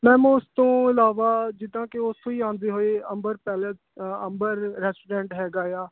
ma'am ਉਸ ਤੋਂ ਇਲਾਵਾ ਜਿੱਦਾਂ ਕਿ ਉੱਥੋਂ ਹੀ ਆਉਂਦੇ ਹੋਏ ਅੰਬਰ ਪੈਲਸ ਅੰਬਰ ਰੈਸਟੋਰੇਂਟ ਹੈਗਾ ਆ